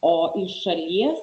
o iš šalies